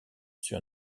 sur